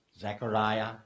Zechariah